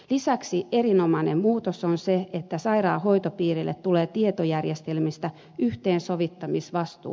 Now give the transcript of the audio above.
lisäksi erinomai nen muutos on se että sairaanhoitopiirille tulee tietojärjestelmistä yhteensovittamisvastuu